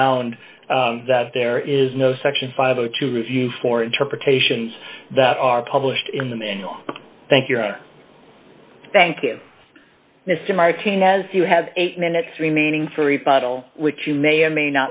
found that there is no section five a to review for interpretations that are published in the manual thank you thank you mr martinez you have eight minutes remaining for a bottle which you may or may